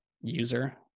User